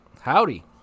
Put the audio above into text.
Howdy